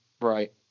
right